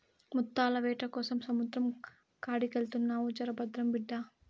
ముత్తాల వేటకోసం సముద్రం కాడికెళ్తున్నావు జర భద్రం బిడ్డా